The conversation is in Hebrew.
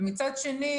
ומצד שני,